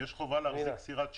יש חובה להחזיק סירת שירות.